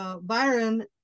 Byron